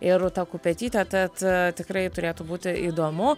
ir rūta kupetytė tad tikrai turėtų būti įdomu